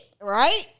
right